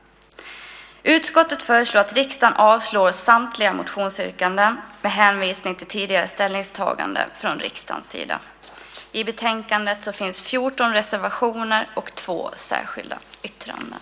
Utskottet föreslår att riksdagen avslår samtliga motionsyrkanden med hänvisning till tidigare ställningstaganden från riksdagens sida. I betänkandet finns 14 reservationer och 2 särskilda yttranden.